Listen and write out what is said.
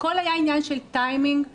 הכל היה עניין של טיימינג בבינוי.